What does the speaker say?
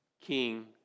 King